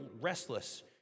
restless